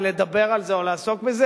ולדבר על זה או לעסוק בזה?